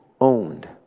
owned